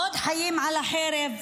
עוד חיים על החרב?